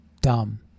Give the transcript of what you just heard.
dumb